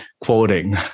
quoting